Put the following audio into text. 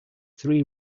three